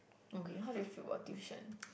okay how do you feel about tuition